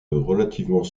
relativement